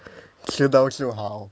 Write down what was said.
知道就好